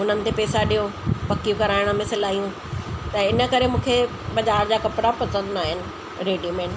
हुननि ते पैसा ॾियो पकियूं कराइण में सिलायूं त इनकरे मूंखे बज़ारि जा कपिड़ा पसंदि न आहिनि रेडीमेड